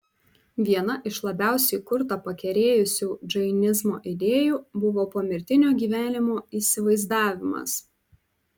viena iš labiausiai kurtą pakerėjusių džainizmo idėjų buvo pomirtinio gyvenimo įsivaizdavimas